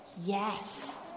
Yes